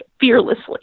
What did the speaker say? fearlessly